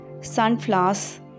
sunflowers